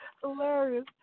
Hilarious